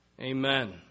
Amen